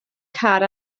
car